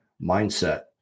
mindset